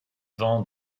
vent